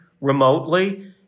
remotely